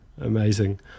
amazing